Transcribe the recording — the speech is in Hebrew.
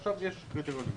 ועכשיו יש קריטריונים,